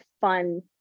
fun